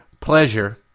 pleasure